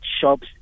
shops